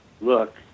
look